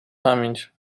pamięć